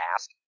ask